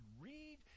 read